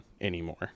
anymore